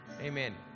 amen